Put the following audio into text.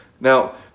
Now